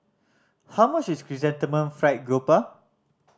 how much is Chrysanthemum Fried Garoupa